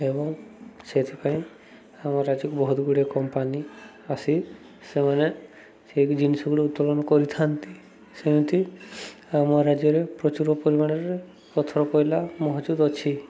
ଏବଂ ସେଥିପାଇଁ ଆମ ରାଜ୍ୟକୁ ବହୁତ ଗୁଡ଼ିଏ କମ୍ପାନୀ ଆସି ସେମାନେ ସେ ଜିନିଷ ଗୁଡ଼ାକ ଉତ୍ତୋଳନ କରିଥାନ୍ତି ସେମିତି ଆମ ରାଜ୍ୟରେ ପ୍ରଚୁର ପରିମାଣରେ ପଥର କୋଇଲା ମହଜୁଦ ଅଛି